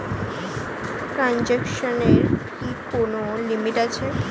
ট্রানজেকশনের কি কোন লিমিট আছে?